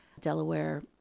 Delaware